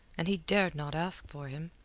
and he dared not ask for him.